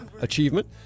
achievement